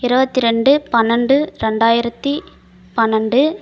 இருபத்து ரெண்டு பன்னெரெண்டு ரெண்டாயிரத்தி பன்னெரெண்டு